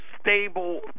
stable